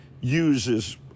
uses